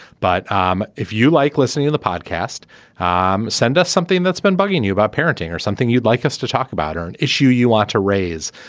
but um if you like listening to the podcast um send us something that's been bugging you about parenting or something you'd like us to talk about her an issue you want to raise.